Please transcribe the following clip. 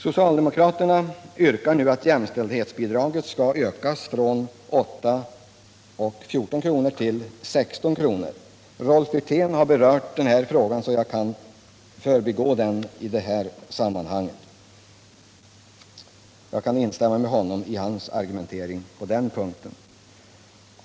Socialdemokraterna yrkar nu att jämställdhetsbidraget skall ökas från 8 och 14 kr. till 16 kr. Rolf Wirtén har berört den frågan, så jag kan förbigå den här. Jag kan instämma med honom.